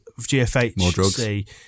GFHC